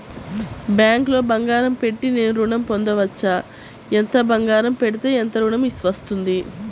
బ్యాంక్లో బంగారం పెట్టి నేను ఋణం పొందవచ్చా? ఎంత బంగారం పెడితే ఎంత ఋణం వస్తుంది?